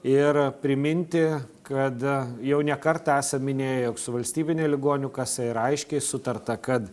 ir priminti kada jau ne kartą esam minėję jog su valstybine ligonių kasa yra aiškiai sutarta kad